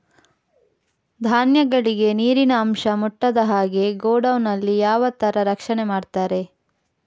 ಧಾನ್ಯಗಳಿಗೆ ನೀರಿನ ಅಂಶ ಮುಟ್ಟದ ಹಾಗೆ ಗೋಡೌನ್ ನಲ್ಲಿ ಯಾವ ತರ ರಕ್ಷಣೆ ಮಾಡ್ತಾರೆ?